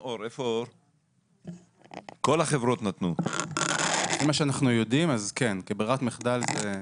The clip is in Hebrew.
לפי מה שאנחנו יודעים אז כן, כברירת מחדל.